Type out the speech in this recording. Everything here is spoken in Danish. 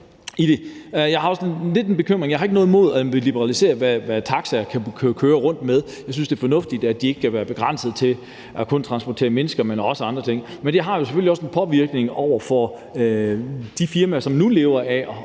Jeg har også lidt en bekymring. Jeg har ikke noget imod, at vi liberaliserer, hvad taxaer kan køre rundt med. Jeg synes, det er fornuftigt, at de ikke skal være begrænset til at kun at transportere mennesker, men også kan transportere andre ting. Men det har selvfølgelig også en påvirkning i forhold til de firmaer, som nu lever af